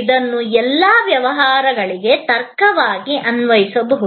ಇದನ್ನು ಎಲ್ಲಾ ವ್ಯವಹಾರಗಳಿಗೆ ತರ್ಕವಾಗಿ ಅನ್ವಯಿಸಬಹುದು